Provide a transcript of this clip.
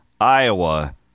Iowa